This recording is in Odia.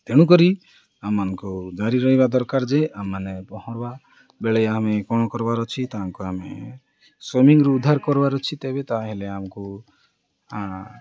ତେଣୁକରି ଆମମାନଙ୍କୁ ଜାରି ରହିବା ଦରକାର ଯେ ଆମ ମାନେ ପହଁରବା ବେଳେ ଆମେ କ'ଣ କର୍ବାର୍ ଅଛି ତାଙ୍କୁ ଆମେ ସୁଇମିଂରୁ ଉଦ୍ଧାର କର୍ବାର୍ ଅଛି ତେବେ ତା'ହେଲେ ଆମକୁ